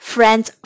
Friends